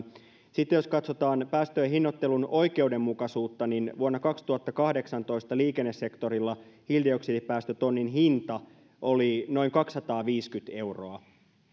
sitten jos katsotaan päästöjen hinnoittelun oikeudenmukaisuutta niin vuonna kaksituhattakahdeksantoista liikennesektorilla hiilidioksidipäästötonnin hinta oli noin kaksisataaviisikymmentä euroa